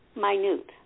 minute